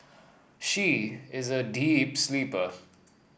she is a deep sleeper